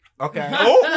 Okay